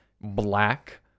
black